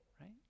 right